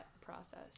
process